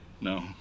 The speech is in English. no